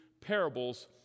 parables